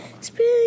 Spring